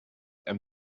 and